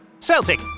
Celtic